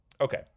okay